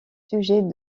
sujets